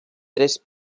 tres